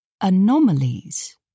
anomalies